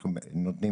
אנחנו נותנים